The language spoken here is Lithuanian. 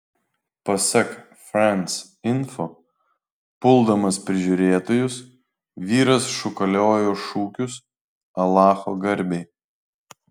pasak france info puldamas prižiūrėtojus vyras šūkaliojo šūkius alacho garbei